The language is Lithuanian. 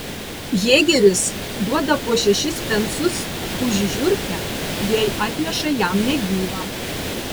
jėgeris duoda po šešis pensus už žiurkę jei atneša jam negyvą